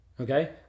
Okay